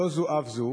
לא זו אף זו,